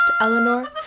Eleanor